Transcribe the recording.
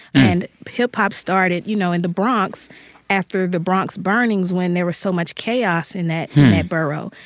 and hip-hop started, you know, in the bronx after the bronx burnings when there was so much chaos in that borough.